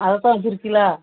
அதைத்தான் வச்சுருக்கீங்களா